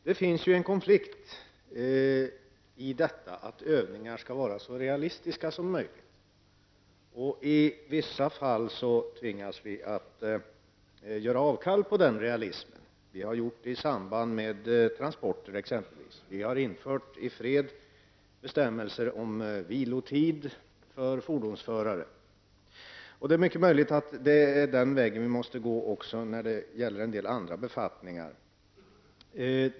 Det ligger ju en konflikt i kravet att övningar skall vara så realistiska som möjligt, och i vissa fall tvingas vi att göra avkall på realismen. Vi har gjort det exempelvis i samband med transporter, där vi har infört bestämmelser i fredstid om vilotid för fordonsförare. Det är mycket möjligt att vi måste gå den vägen också när det gäller en del andra befattningar.